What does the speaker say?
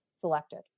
selected